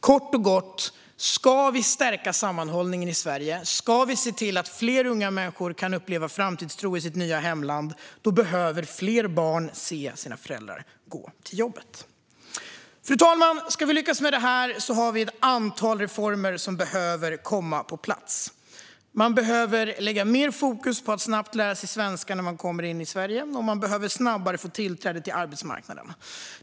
Kort och gott: Ska vi stärka sammanhållningen i Sverige och se till att fler unga människor kan uppleva framtidstro i sitt nya hemland behöver fler barn se sina föräldrar gå till jobbet. Fru talman! Ska vi lyckas med det här har vi ett antal reformer som behöver komma på plats. Man behöver lägga mer fokus på att snabbt lära sig svenska när man kommer till Sverige, och man behöver snabbare få tillträde till arbetsmarknaden.